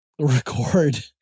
record